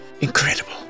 incredible